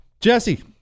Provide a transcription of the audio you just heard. Jesse